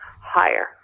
higher